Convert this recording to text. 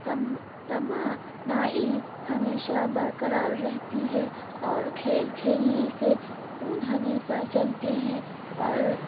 تم تمانائی ہمیشہ برقرار رہتی ہے اور کھیل کھیلنے سے خون ہمیشہ چلتے ہیں اور